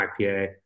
ipa